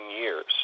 years